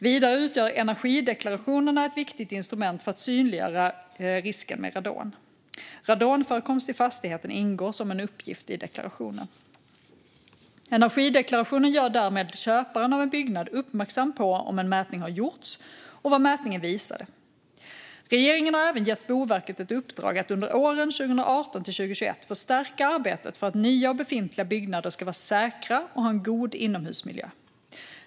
Vidare utgör energideklarationerna ett viktigt instrument för att synliggöra risken med radon. Radonförekomst i fastighet ingår som en uppgift i deklarationen. Energideklarationen gör därmed köparen av en byggnad uppmärksam på om en mätning har gjorts och vad mätningen visade. Regeringen har även gett Boverket ett uppdrag att under åren 2018-2021 förstärka arbetet för att nya och befintliga byggnader ska vara säkra och ha en god inomhusmiljö.